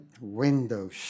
windows